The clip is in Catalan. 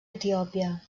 etiòpia